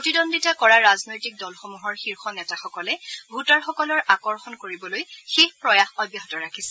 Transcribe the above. প্ৰতিদ্বন্দ্বিতা কৰা ৰাজনৈতিক দলসমূহৰ শীৰ্ষ নেতাসকলে ভোটাৰসকলক আকৰ্ষণ কৰিবলৈ শেষ প্ৰয়াস অব্যাহত ৰাখিছে